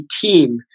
team